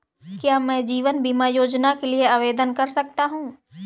क्या मैं जीवन बीमा योजना के लिए आवेदन कर सकता हूँ?